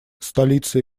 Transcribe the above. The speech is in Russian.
столица